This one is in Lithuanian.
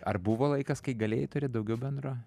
ar buvo laikas kai galėjai turėt daugiau bendro